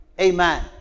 Amen